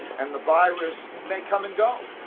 and the virus may come and go,